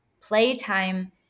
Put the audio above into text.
playtime